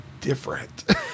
different